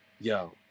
Yo